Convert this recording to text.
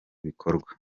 bikorwa